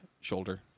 shoulder